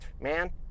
man